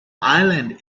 island